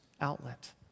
outlet